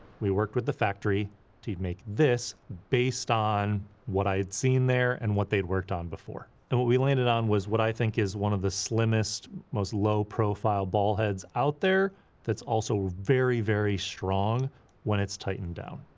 we worked with the factory to make this based on what i had seen there and what they'd worked on before. and what we landed on was what i think was one of the slimmest most low profile ball heads out there that's also very, very strong when it's tightened down.